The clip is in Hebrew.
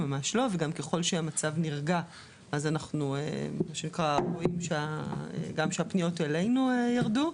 וגם ככל שהמצב נרגע אז אנחנו רואים שגם הפניות אלינו ירדו.